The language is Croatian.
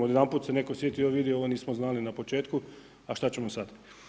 Odjedanput se netko sjeti, joj vidi, ovo nismo znali na početku, a šta ćemo sad.